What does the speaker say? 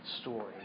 story